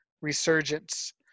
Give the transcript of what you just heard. resurgence